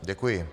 Děkuji.